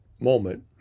moment